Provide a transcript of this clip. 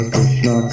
Krishna